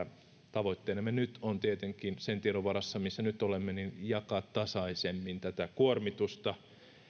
tavoitteenamme nyt on tietenkin sen tiedon varassa missä nyt olemme jakaa tasaisemmin tätä kuormitusta